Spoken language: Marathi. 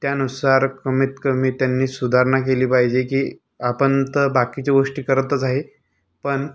त्यानुसार कमीतकमी त्यांनी सुधारणा केली पाहिजे की आपण तर बाकीच्या गोष्टी करतच आहे पण